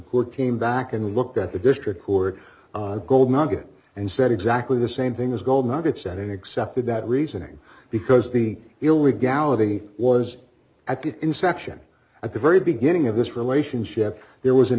court came back and looked at the district who are gold nugget and said exactly the same thing as gold nuggets and an accepted that reasoning because the illegality was at the inception at the very beginning of this relationship there was an